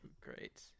great